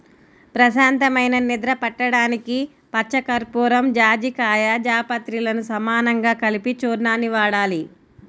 ప్రశాంతమైన నిద్ర పట్టడానికి పచ్చకర్పూరం, జాజికాయ, జాపత్రిలను సమానంగా కలిపిన చూర్ణాన్ని వాడాలి